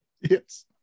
Yes